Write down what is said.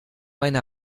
einer